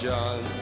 John